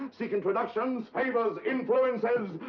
seek introductions? favors? influences?